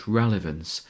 relevance